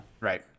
Right